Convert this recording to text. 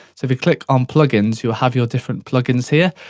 so, if you click on plugins, you have your different plugins here,